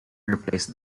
replaced